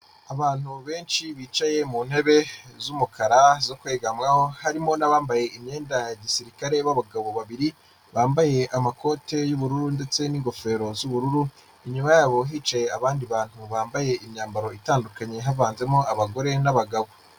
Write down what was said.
Abantu benshi bicaye mu ntebe z'umukara zo kwegamaho harimo nabambaye imyenda ya gisirikare b'abagabo babiri bambaye amakoti y'ubururu ndetse n'ingofero z'ubururu, inyuma yabo hicaye abandi bantu bambaye imyambaro itandukanye havanzemo abagore n'abagabo.